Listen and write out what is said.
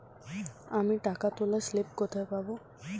আমি টাকা তোলার স্লিপ কোথায় পাবো?